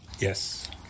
Yes